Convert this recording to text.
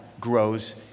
grows